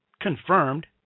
Confirmed